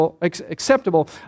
acceptable